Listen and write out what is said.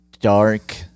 dark